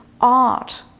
art